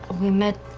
we met